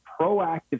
proactive